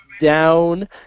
down